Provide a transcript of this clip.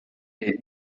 est